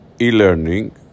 e-learning